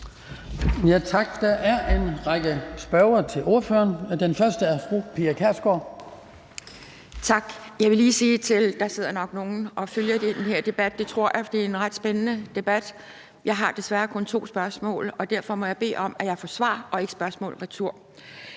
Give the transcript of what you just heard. Tak. Der er en række korte bemærkninger til ordføreren. Den første er fra fru Pia Kjærsgaard. Kl. 09:39 Pia Kjærsgaard (DF): Tak. Jeg vil lige sige noget. Der sidder nok nogle og følger den her debat. Det tror jeg, for det er en ret spændende debat. Jeg har desværre kun to spørgsmål, og derfor må jeg bede om, at jeg får svar og ikke spørgsmål retur.